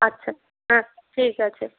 আচ্ছা হ্যাঁ ঠিক আছে